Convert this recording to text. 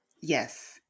Yes